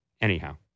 anyhow